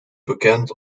bekend